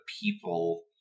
people